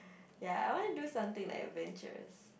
ya I want to do something like adventurous